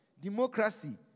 democracy